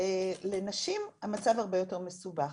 לנשים המצב הרבה יותר מסובך,